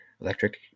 electric